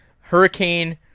Hurricane